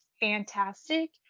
fantastic